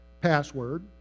password